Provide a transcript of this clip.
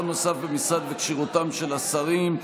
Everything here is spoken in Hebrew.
(שר נוסף במשרד וכשירותם של השרים),